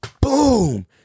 boom